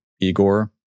Igor